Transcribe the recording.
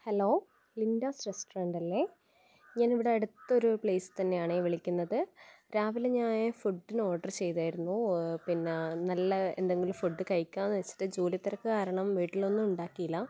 hello Lintas restaurant അല്ലേ ഞാൻ ഇവിടെ അടുത്തൊരു പ്ലേസിൽ തന്നെയാണേ വിളിക്കുന്നത് രാവിലെ ഞാൻ ഫുഡിന് ഓർഡർ ചെയ്തായിരുന്നു പിന്നെ നല്ല എന്തെങ്കിലും ഫുഡ് കഴിക്കാമെന്ന് വെച്ചിട്ട് ജോലി തിരക്ക് കാരണം വീട്ടിലൊന്നും ഉണ്ടാക്കിയില്ല